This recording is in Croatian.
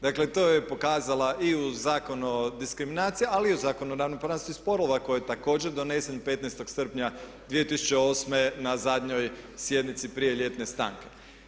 Dakle, to je pokazala i u Zakonu o diskriminaciji ali i u Zakonu o ravnopravnosti spolova koji je također donesen 15. srpnja 2008. na zadnjoj sjednici prije ljetne stanke.